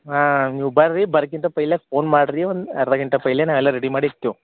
ಹಾಂ ನೀವು ಬರ್ರಿ ಬರಕ್ಕಿಂತ ಪೈಲಾಗಿ ಫೋನ್ ಮಾಡ್ರಿ ಒಂದು ಅರ್ಧ ಗಂಟೆ ಪೈಲೆ ನಾ ಎಲ್ಲ ರೆಡಿ ಮಾಡಿ ಇರ್ತೇವೆ